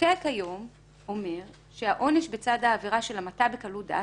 המחוקק היום אומר שהעונש בצד העבירה של המתה בקלות דעת,